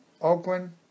Oakland